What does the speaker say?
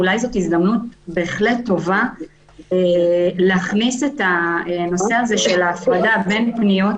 אולי זו הזדמנות בהחלט טובה להכניס את הנושא של ההפרדה בין פניות